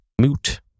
Moot